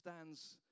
stands